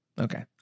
Okay